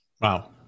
Wow